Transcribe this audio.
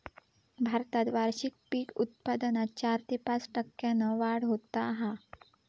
भारतात वार्षिक पीक उत्पादनात चार ते पाच टक्क्यांन वाढ होता हा